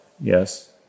Yes